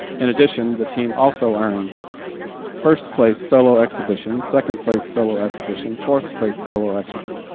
in addition, the team also earned first place solo exhibition, second place solo exhibition, fourth place solo exhibition,